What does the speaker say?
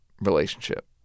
relationship